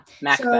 Mac